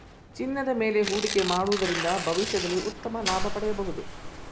ಚಿನ್ನದ ಮೇಲೆ ಹೂಡಿಕೆ ಮಾಡುವುದರಿಂದ ಭವಿಷ್ಯದಲ್ಲಿ ಉತ್ತಮ ಲಾಭ ಪಡೆಯಬಹುದು